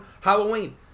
Halloween